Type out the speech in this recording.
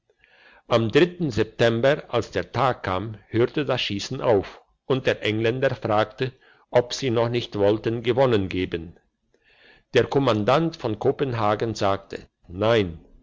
am september als der tag kam hörte das schiessen auf und der engländer fragte ob sie noch nicht wollten gewonnen geben der kommandant von kopenhagen sagte nein